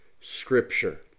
scripture